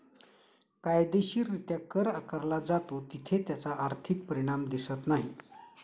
कायदेशीररित्या कर आकारला जातो तिथे त्याचा आर्थिक परिणाम दिसत नाही